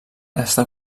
està